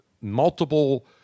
multiple